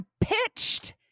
pitched